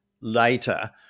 later